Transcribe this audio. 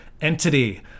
entity